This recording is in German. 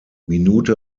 minute